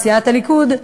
בסיעת הליכוד,